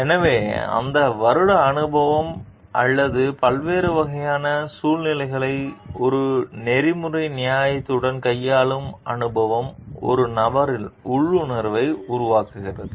எனவே அந்த வருட அனுபவம் அல்லது பல்வேறு வகையான சூழ்நிலைகளை ஒரு நெறிமுறை நியாயத்துடன் கையாளும் அனுபவம் ஒரு நபரில் உள்ளுணர்வை உருவாக்குகிறது